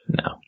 no